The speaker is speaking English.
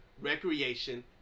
recreation